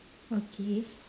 okay